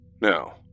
Now